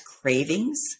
cravings